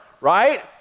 right